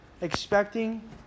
expecting